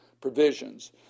provisions